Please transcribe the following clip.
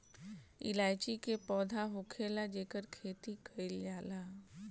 इलायची के पौधा होखेला जेकर खेती कईल जाला